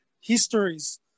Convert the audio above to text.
histories